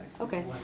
Okay